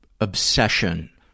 obsession